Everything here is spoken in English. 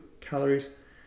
calories